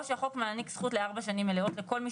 או שהחוק מעניק זכות לארבע שנים מלאות לכל מי